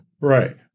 Right